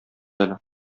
әле